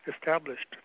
established